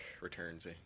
returns